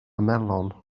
melon